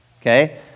Okay